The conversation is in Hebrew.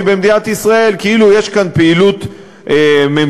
במדינת ישראל כאילו יש כאן פעילות ממשלתית,